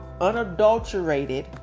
unadulterated